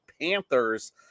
Panthers